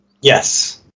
Yes